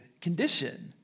condition